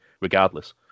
regardless